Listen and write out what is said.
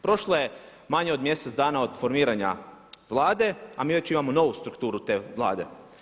Prošlo je manje od mjesec dana od formiranja Vlade, a mi već imao novu strukturu te Vlade.